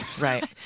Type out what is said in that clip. Right